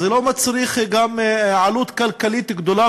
וגם לא מצריך עלות כלכלית גדולה,